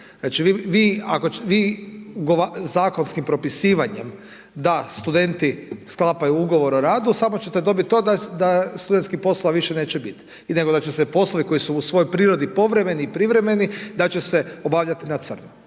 Znači, vi zakonskim propisivanjem da studenti sklapaju ugovor o radu samo ćete dobiti to da studentskih poslova više neće biti, nego da će se poslovi koji su u svojoj prirodi povremeni i privremeni da će se obavljati na crno.